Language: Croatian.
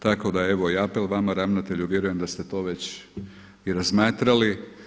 Tako da evo i apel vama ravnatelju, vjerujem da ste to već i razmatrali.